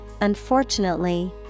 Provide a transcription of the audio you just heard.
unfortunately